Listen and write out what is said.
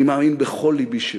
אני מאמין בכל לבי שלא.